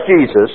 Jesus